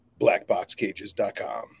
blackboxcages.com